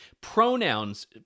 pronouns